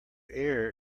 err